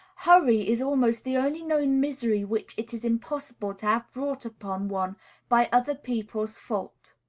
hurry is almost the only known misery which it is impossible to have brought upon one by other people's fault.